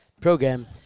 program